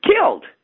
Killed